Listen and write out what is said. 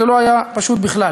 זה לא היה פשוט בכלל.